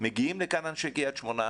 מגיעים לכאן אנשי קריית שמונה,